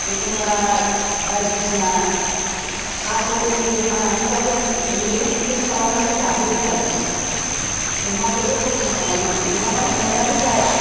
एखमब्ला बायदिसिना थास' इरि हानानैब्लाबो जों गुन्दैजों मिक्स खालामनानै जाहोयो आरो जों अमाखौबो जथन' खालामनांगौ नङाब्लानो अमायाबो जाया